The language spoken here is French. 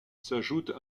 s’ajoute